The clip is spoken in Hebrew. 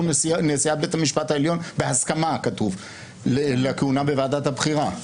נשיאת בית המשפט העליון בהסכמה כתוב לכהונה בוועדת הבחירה.